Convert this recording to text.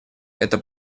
это